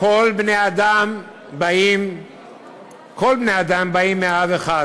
כל בני-האדם באים מעם אחד,